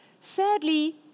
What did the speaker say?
sadly